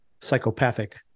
psychopathic